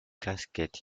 casket